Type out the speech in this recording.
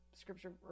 scripture